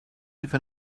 even